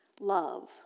Love